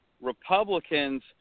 Republicans